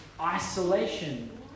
isolation